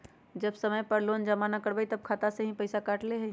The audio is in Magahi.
जब समय पर लोन जमा न करवई तब खाता में से पईसा काट लेहई?